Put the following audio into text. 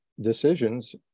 decisions